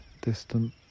distant